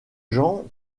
gens